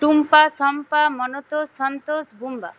Tumpa Shampa Manotosh Santosh Bumba